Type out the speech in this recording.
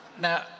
Now